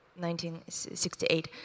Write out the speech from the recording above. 1968